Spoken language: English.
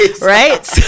right